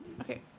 Okay